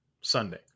sunday